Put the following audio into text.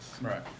Right